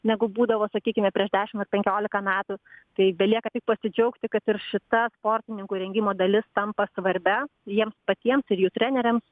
negu būdavo sakykime prieš dešim ar penkioliką metų tai belieka tik pasidžiaugti kad ir šita sportininkų rengimo dalis tampa svarbia jiems patiems ir jų treneriams